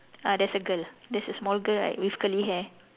uh there's a girl there's a small girl right with curly hair